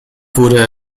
wurde